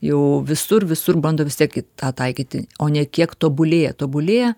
jau visur visur bando vis tiek į tą taikyti o ne kiek tobulėja tobulėja